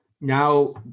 Now